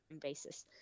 basis